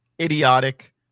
idiotic